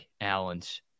Allen's